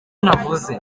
ntavuze